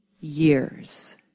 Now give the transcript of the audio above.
years